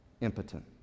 Impotent